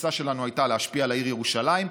התפיסה שלנו הייתה להשפיע על העיר ירושלים,